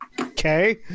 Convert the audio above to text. okay